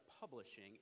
publishing